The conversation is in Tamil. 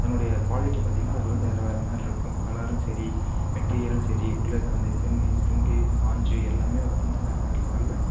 தன்னோடைய குவாலிட்டி பார்த்திங்னா அதில் வந்து வேற வேற மாதிரி இருக்கும் கலரும் சரி மெட்டீரியலும் சரி உள்ள இருக்கிற அந்த இது ஸ்ப்ரிங் ஸ்பாஞ்சு எல்லாமே பார்த்திங்னா வேற வேற லெவெல்ல